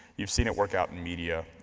you've seen it work out in media,